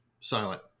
silent